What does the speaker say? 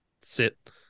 sit